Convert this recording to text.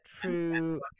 true